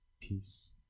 peace